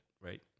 right